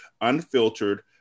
unfiltered